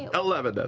eleven,